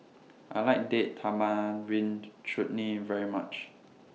I like Date Tamarind Chutney very much